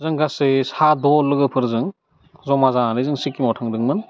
जों गासै सा द' लोगोफोरजों ज'मा जानानै जों सिक्किमाव थांदोंमोन